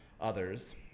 others